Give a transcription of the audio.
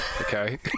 Okay